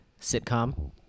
sitcom